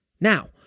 Now